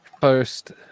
First